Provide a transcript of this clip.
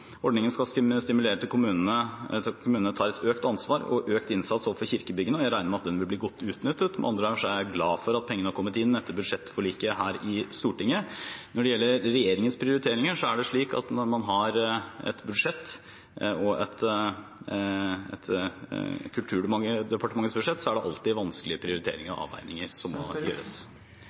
Ordningen skal stimulere kommunene til å ta et økt ansvar og en økt innsats overfor kirkebyggene, og jeg regner med at den vil bli godt utnyttet. Med andre ord er jeg glad for at pengene har kommet inn etter budsjettforliket her i Stortinget. Når det gjelder regjeringens prioriteringer, er det slik at når man har et budsjett, som Kulturdepartementets budsjett, er det alltid vanskelige prioriteringer